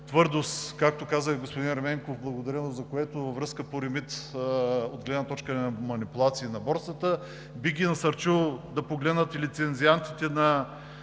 твърдост, както каза и господин Ерменков, благодаря му за което, във връзка с REMIT от гледна точка на манипулации на борсата. Бих ги насърчил да погледнат лицензиантите на